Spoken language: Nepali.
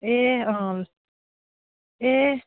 ए अँ ए